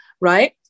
right